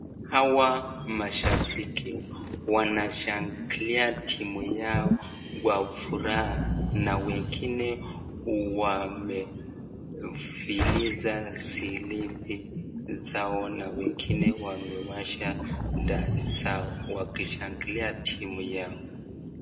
Hawa mashabiki wanashangilia timu yao kwa furaha na wengine wamefiliza silimbi zao na wengine wamewasha taa zao, wakishangilia timu yao.